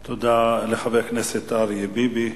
תודה לחבר הכנסת אריה ביבי.